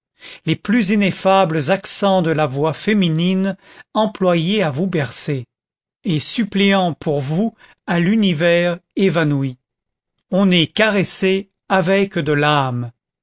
les plus ineffables accents de la voix féminine employés à vous bercer et suppléant pour vous à l'univers évanoui on est caressé avec de l'âme